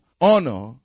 Honor